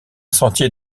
sentier